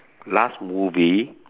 last movie